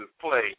play